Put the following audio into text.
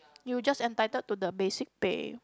you just entitled to the basic pay